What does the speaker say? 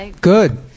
Good